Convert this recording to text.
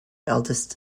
eldest